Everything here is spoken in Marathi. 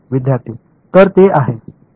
विद्यार्थी तर ते आहे